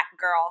girl